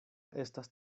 estas